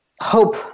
hope